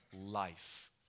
life